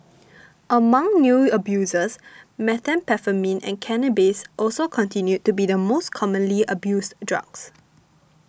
among new abusers methamphetamine and cannabis also continued to be the most commonly abused drugs